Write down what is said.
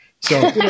So-